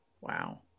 Wow